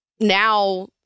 now